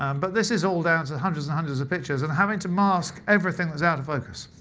um but this is all down to hundreds and hundreds of pictures, and having to mask everything that's out of focus.